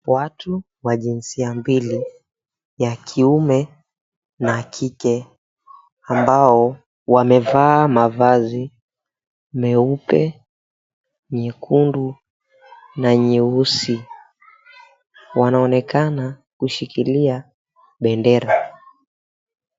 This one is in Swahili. Watu wa jinsia mbili ya kiume na ya kike ambao wamevaa mavazi meupe, nyekundu na nyeusi. Wanaonekana kushikilia bendera.